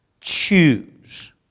choose